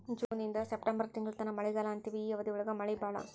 June ಇಂದ September ತಿಂಗಳಾನ ಮಳಿಗಾಲಾ ಅಂತೆವಿ ಈ ಅವಧಿ ಒಳಗ ಮಳಿ ಬಾಳ